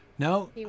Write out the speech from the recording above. No